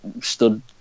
Stood